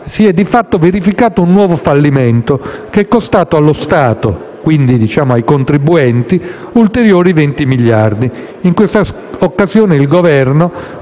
si è di fatto verificato un nuovo fallimento, che è costato allo Stato - quindi ai contribuenti - ulteriori 20 miliardi. In questa occasione il Governo,